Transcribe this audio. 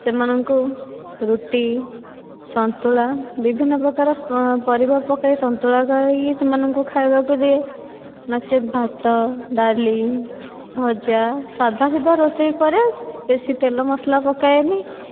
ସେମାନଙ୍କୁ ରୁଟି ସନ୍ତୁଳା ବିଭିନ୍ନ ପ୍ରକାର ପରିବା ପକେଇ ସନ୍ତୁଳା କରିକି ସେମାନଙ୍କୁ ଖାଇବାକୁ ଦିଏ ନଚେତ ଭାତ ଡାଲି ଭଜା ସାଦା ସିଧା ରୋଷେଇ କରେ ବେଶୀ ତେଲ ମସଲା ପକାଏନି